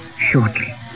shortly